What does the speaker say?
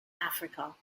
africa